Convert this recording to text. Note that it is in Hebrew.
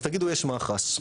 אז תגידו, יש מח"ש.